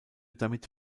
damit